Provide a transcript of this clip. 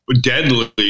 deadly